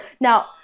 Now